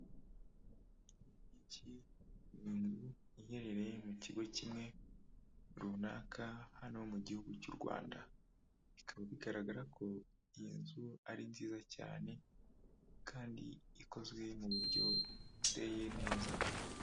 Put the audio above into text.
Iki ni inzu iherereye mu kigo kimwe runaka hano mu gihugu cy'u Rwanda. Bikaba bigaragara ko iyi nzu ari nziza cyane kandi ikozwe mu buryo buteye neza.